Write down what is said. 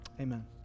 amen